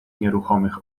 nieruchomych